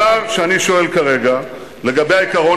והשאלה שאני שואל כרגע לגבי העיקרון